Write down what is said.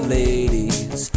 ladies